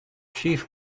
chief